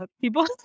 People